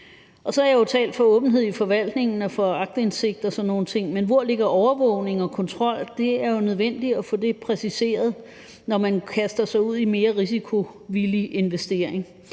Så har jeg jo talt for åbenhed i forvaltningen og for aktindsigt og sådan nogle ting, men hvor ligger overvågning og kontrol? Det er jo nødvendigt at få det præciseret, når man kaster sig ud i mere risikovillige investeringer.